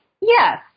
Yes